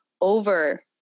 over